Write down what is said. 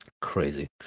Crazy